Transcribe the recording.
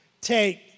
take